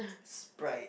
Sprite